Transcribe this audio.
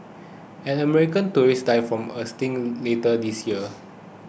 an American tourist died from a sting later this year